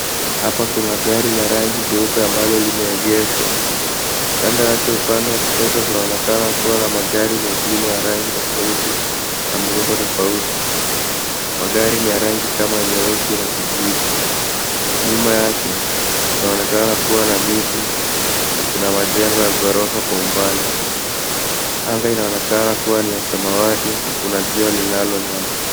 Hapa kuna gari la rangi jeupe ambalo limegeshwa. Kando yake upande wa kushoto kunaonekana kuwa na magari mengine ya rangi tofauti na muundo tofauti. Magari ni ya rangi kama nyeusi na kijivu. Nyuma yake, kunaonekana kuwa na miti na kuna majengo ya ghorofa kwa mbali. Anga inaonekana kuwa ni ya samawati na kuna jua linalong'aa.